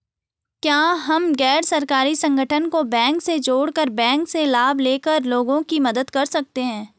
क्या हम गैर सरकारी संगठन को बैंक से जोड़ कर बैंक से लाभ ले कर लोगों की मदद कर सकते हैं?